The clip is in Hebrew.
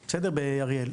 אריאל.